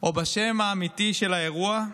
או בשם האמיתי של האירוע: